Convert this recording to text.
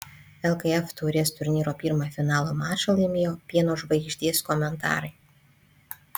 lkf taurės turnyro pirmą finalo mačą laimėjo pieno žvaigždės komentarai